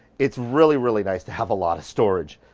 it's really, really nice to have a lot of storage.